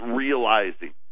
realizing